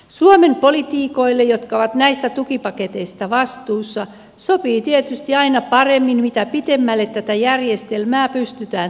suomen poliitikoille jotka ovat näistä tukipaketeista vastuussa sopii tietysti aina paremmin mitä pitemmälle tätä järjestelmää pystytään tekohengittämään